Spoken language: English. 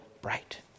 bright